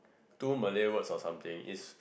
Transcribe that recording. two Malay words or something it's